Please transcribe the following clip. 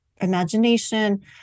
imagination